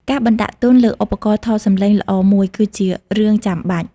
ការបណ្តាក់ទុនលើឧបករណ៍ថតសំឡេងល្អមួយ គឺជារឿងចាំបាច់។